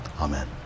Amen